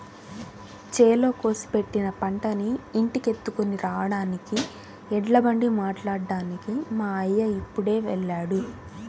చేలో కోసి పెట్టిన పంటని ఇంటికెత్తుకొని రాడానికి ఎడ్లబండి మాట్లాడ్డానికి మా అయ్య ఇప్పుడే వెళ్ళాడు